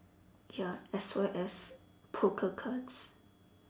ya as well as poker cards